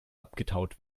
abgetaut